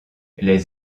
les